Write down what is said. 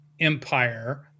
empire